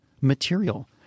material